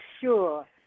sure